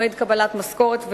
מועד קבלת משכורת ועוד.